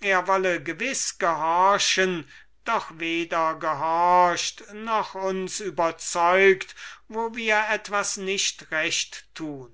er wolle gewiß gehorchen doch weder gehorcht noch uns überzeugt wo wir etwas nicht recht tun